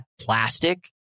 plastic